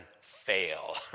fail